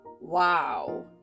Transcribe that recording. wow